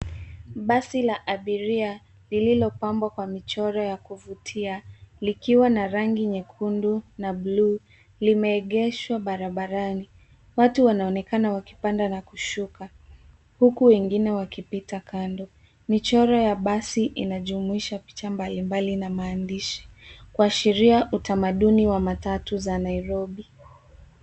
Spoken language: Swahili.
Basi la abiria, lililopambwa kwa michoro ya kuvutia, likiwa na rangi nyekundu na blue , limeegeshwa barabarani. Watu wanaonekana wakipanda na kushuka, huku wengie wakipita kando. Michoro ya basi inajumuisha picha mbali mbali na maandishi, kuashiria utamaduni wa matatu za Nairobi.